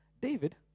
David